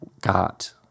got